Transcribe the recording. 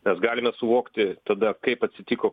mes galime suvokti tada kaip atsitiko